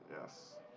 Yes